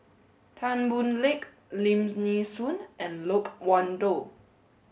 Tan Boon Teik Lim Nee Soon and Loke Wan Tho